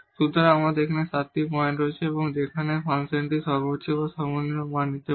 সুতরাং আমাদের এখানে 7 টি পয়েন্ট রয়েছে যেখানে ফাংশনটি মাক্সিমাম বা মিনিমাম মান নিতে পারে